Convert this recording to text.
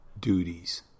duties